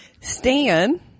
Stan